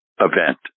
event